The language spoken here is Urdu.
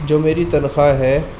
جو میری تنخواہ ہے